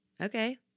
okay